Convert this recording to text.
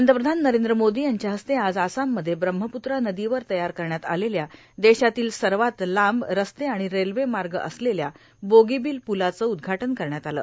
पंतप्रधान नरेंद्र मोदी यांच्या हस्ते आज आसाममध्ये ब्रम्हपूत्रा नदीवर तयार करण्यात आलेल्या देशातील सर्वात लांब रस्ते आणि रल्वे मार्ग असलेल्या बोगीबील पुलाचं उद्घाटन करण्यात आलं